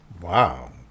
Wow